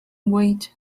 wait